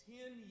Ten